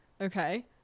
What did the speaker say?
okay